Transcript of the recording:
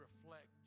reflect